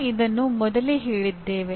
ನಾವು ಇದನ್ನು ಮೊದಲೇ ಹೇಳಿದ್ದೇವೆ